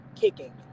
kicking